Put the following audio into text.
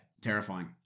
terrifying